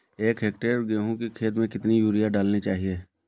एक हेक्टेयर गेहूँ की खेत में कितनी यूरिया डालनी चाहिए?